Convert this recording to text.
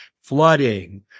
flooding